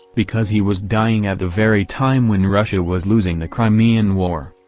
because he was dying at the very time when russia was losing the crimean war,